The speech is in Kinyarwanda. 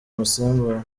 umusimbura